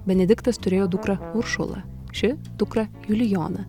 benediktas turėjo dukrą uršulą ši dukrą julijoną